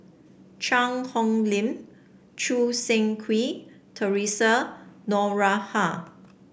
Cheang Hong Lim Choo Seng Quee Theresa Noronha